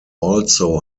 also